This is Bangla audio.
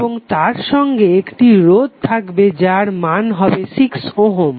এবং তার সঙ্গে একটি রোধ থাকবে যার মান হবে 6 ওহম